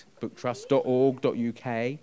booktrust.org.uk